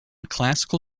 classical